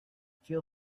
feel